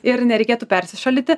ir nereikėtų persišaldyti